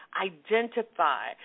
identify